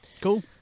Cool